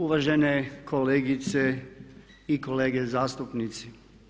Uvažene kolegice i kolege zastupnici.